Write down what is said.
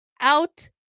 out